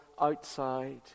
outside